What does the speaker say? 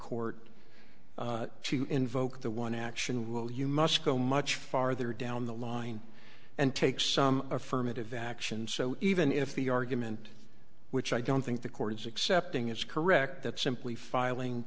to invoke the one action rule you must go much farther down the line and take some affirmative action so even if the argument which i don't think the court is accepting is correct that simply filing